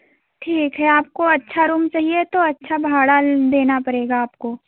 ठीक है आपको अच्छा रूम चाहिए तो अच्छा भाड़ा देना पड़ेगा आपको